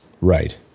Right